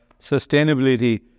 sustainability